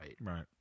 Right